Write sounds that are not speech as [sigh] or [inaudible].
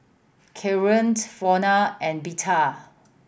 Kaaren [unintelligible] Frona and Berta